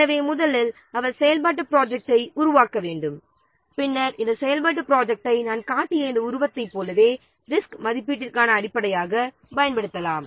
எனவே முதலில் அவர் செயல்பாட்டுத் ப்ராஜெக்ட்டை உருவாக்க வேண்டும் பின்னர் இந்த செயல்பாட்டு ப்ராஜெக்ட்டை நாம் காட்டிய இந்த உருவத்தைப் போலவே ரிசோர்ஸ் மதிப்பீட்டிற்கான அடிப்படையாகப் பயன்படுத்தலாம்